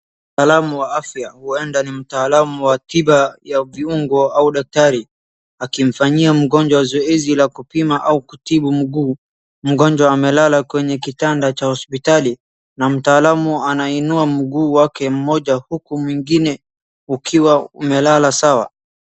Mtaalamu wa afya, huwenda ni mtaalamu wa tiba ya viungo au daktari, akimfanyia mgonjwa zoezi la kupima au kutibu mguu. Mgonjwa amelala kwenye kitanda cha hospitali, na mtaalamu anainua mguu wake mmoja huku mwingine ukiwa umelala sawa.